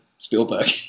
Spielberg